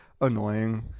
annoying